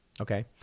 Okay